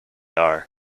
are